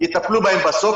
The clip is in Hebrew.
יטפלו בהם בסוף,